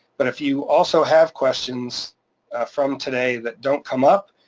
but if you also have questions from today that don't come up,